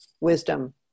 Wisdom